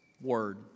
Word